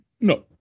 No